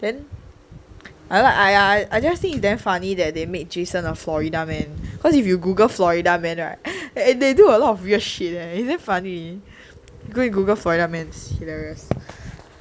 then I like !aiya! I just think it's damn funny that they made jason a florida man cause if you Google florida man [right] and they do a lot of weird shit eh it's damn funny go and Google florida men it's hilarious